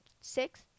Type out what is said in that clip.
Six